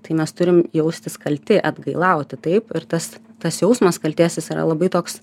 tai mes turim jaustis kalti atgailauti taip ir tas tas jausmas kaltės jis yra labai toks